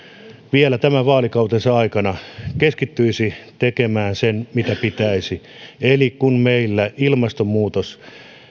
vielä tämän vaalikautensa aikana keskittyisi tekemään sen mitä pitäisi eli kun meillä ilmastonmuutos